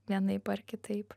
vienaip ar kitaip